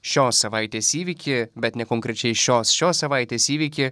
šios savaitės įvykį bet nekonkrečiai šios šios savaitės įvykį